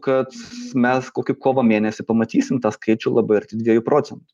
kad mes kokį kovo mėnesį pamatysim tą skaičių labai arti dviejų procentų